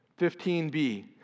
15b